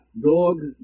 dogs